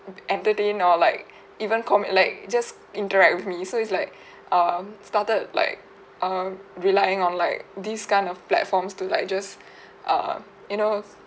en~ entertain or like even commu~ like just interact with me so it's like um started like um relying on like these kind of platforms to like just err you know